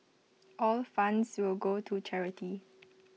all funds will go to charity